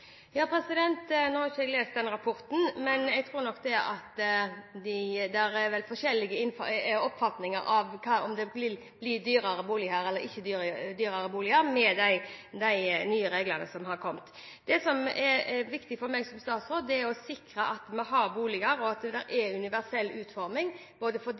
har ikke lest rapporten, men jeg tror nok det er forskjellige oppfatninger av dette – om det vil bli dyrere eller ikke dyrere boliger med de nye reglene. Det som er viktig for meg som statsråd, er å sikre at vi har boliger, at det er universell utforming både for